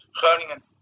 Groningen